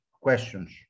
questions